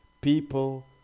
people